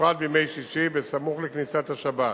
בפרט בימי שישי בסמוך לכניסת השבת.